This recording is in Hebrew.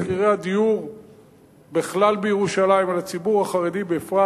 על מחירי הדיור בירושלים בכלל ולציבור החרדי בפרט.